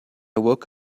woke